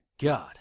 God